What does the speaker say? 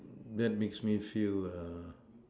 that makes me feel uh